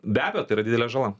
be abejo tai yra didelė žala